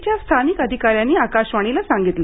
च्या स्थानिक अधिकाऱ्यांनी आकाशवाणीला सांगितलं